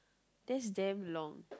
that's damn long